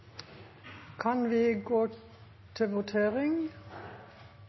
kan også gå til